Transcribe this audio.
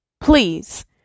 please